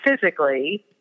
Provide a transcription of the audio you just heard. physically